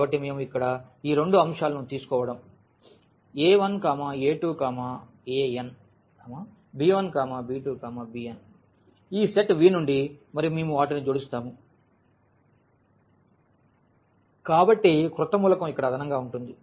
కాబట్టి మేము ఇక్కడ ఈ రెండు అంశాలు తీసుకోవడంa1a2an b1b2bn ఈ సెట్ V నుండి మరియు మేము వాటిని జోడిస్తాము కాబట్టి క్రొత్త మూలకం ఇక్కడ అదనంగా ఉంటుంది